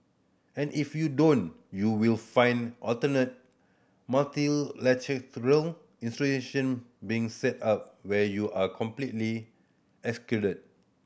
and if you don't you will find alternate multilateral grow institution being set up where you are completely excluded